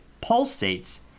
pulsates